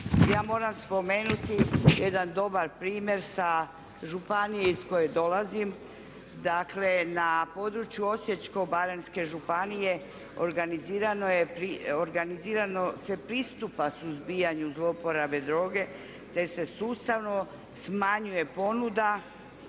Ja moram spomenuti jedan dobar primjer sa županije iz koje dolazim. Dakle, na području Osječko-baranjske županije organizirano se pristupa suzbijanju zlouporabe droge, te se sustavno smanjuje ponuda,